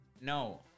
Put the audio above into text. no